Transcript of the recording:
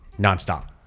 Nonstop